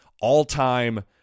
all-time